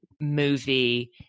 movie